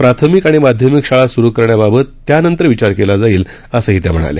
प्राथमिक आणि माध्यमिक शाळा सुरू करण्याबाबत त्यानंतर विचार केला जाईल असंही त्या म्हणाल्या